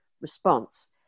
response